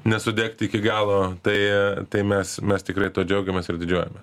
nesudegti iki galo tai tai mes mes tikrai tuo džiaugiamės ir didžiuojamė